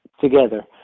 together